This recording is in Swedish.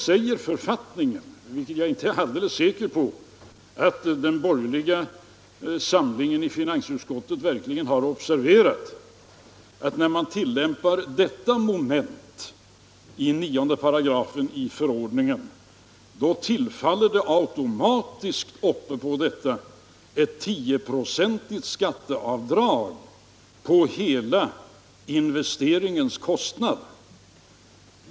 Men författningen säger, vilket jag inte är alldeles säker på att den borgerliga samlingen i finansutskottet verkligen har observerat, att när man tillämpar detta moment i 9§ i förordningen tillkommer det automatiskt ovanpå detta ett 10 procentigt skatteavdrag på hela investeringens kostnad.